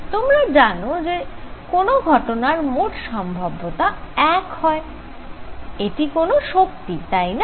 তোমরা জানো যে যে কোন ঘটনার মোট সম্ভাব্যতা এক হয় এটি কোন শক্তি তাই না